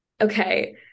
Okay